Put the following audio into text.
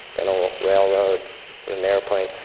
then on a railroad, then an airplane.